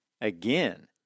again